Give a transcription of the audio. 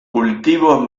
cultivos